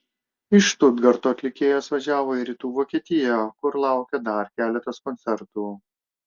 iš štutgarto atlikėjas važiavo į rytų vokietiją kur laukė dar keletas koncertų